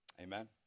Amen